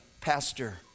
pastor